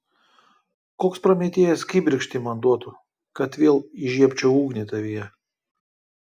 koks prometėjas kibirkštį man duotų kad vėl įžiebčiau ugnį tavyje